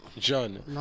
John